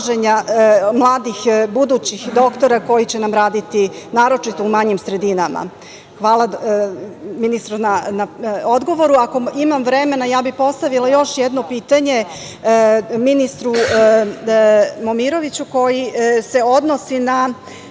mladih budućih doktora, koji će nam raditi, naročito u malim sredinama. Hvala ministru na odgovoru. Ako imam vremena, ja bih postavila još jedno pitanje ministru Momiroviću, koji se odnosi na